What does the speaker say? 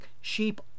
sheep